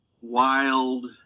wild